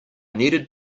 needed